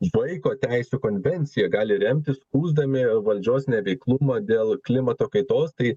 vaiko teisių konvencija gali remtis skųsdami valdžios neveiklumą dėl klimato kaitos tai